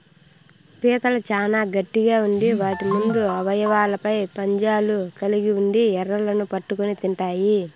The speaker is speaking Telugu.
పీతలు చానా గట్టిగ ఉండి వాటి ముందు అవయవాలపై పంజాలు కలిగి ఉండి ఎరలను పట్టుకొని తింటాయి